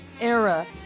era